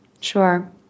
Sure